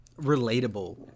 relatable